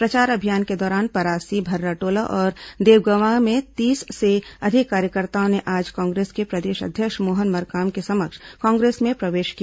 प्रचार अभियान के दौरान परासी भर्राटोला और देवगवां में तीस से अधिक कार्यकर्ताओं ने आज कांग्रेस के प्रदेश अध्यक्ष मोहन मरकाम के समक्ष कांग्रेस में प्रवेश किया